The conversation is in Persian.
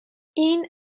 این